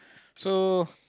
so